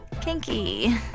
Kinky